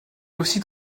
aussi